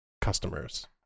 customers